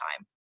time